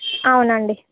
అవునండి